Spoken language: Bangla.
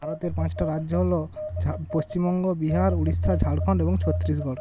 ভারতের পাঁচটা রাজ্য হলো ঝা পশ্চিমবঙ্গ বিহার উড়িষ্যা ঝাড়খন্ড এবং ছত্রিশগড়